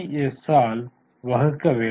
S ஆல் வகுக்க வேண்டும்